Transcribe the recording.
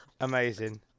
Amazing